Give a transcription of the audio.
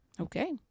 Okay